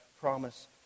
promise